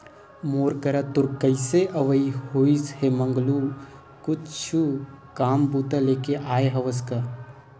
मोर करा तोर कइसे अवई होइस हे मंगलू कुछु काम बूता लेके आय हस का बता?